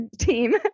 team